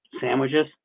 sandwiches